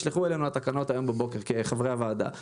יש להם את המקטע שעל פי ועדת מחירים אושר להם.